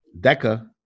Deca